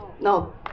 no